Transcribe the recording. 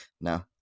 No